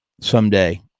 someday